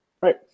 Right